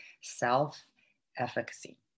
self-efficacy